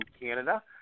Canada